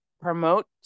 promote